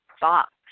box